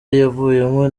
yavuyemo